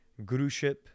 Guruship